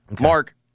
Mark